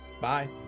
Bye